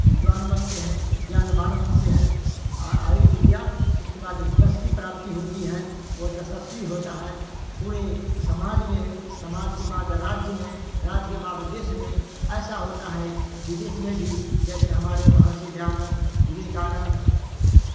विद्वान बनते हैं ज्ञानवान बनते हैं आयु विद्या इसके बाद यश की प्राप्ति होती है वह यशस्वी होता है पूरे समाज में समाज के बाद राज्य में राज्य के बाद वह देश में ऐसा होता है विदेश में भी जैसे हमारे महर्षि दयानंद विवेकानंद